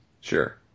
Sure